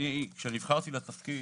כשנבחרתי לתפקיד,